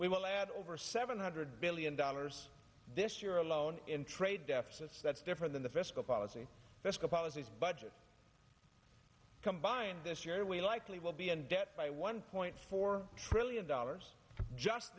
we will add over seven hundred billion dollars this year alone in trade deficits that's different than the fiscal policy that's the policies budget combined this year we likely will be in debt by one point four trillion dollars just